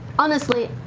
honestly,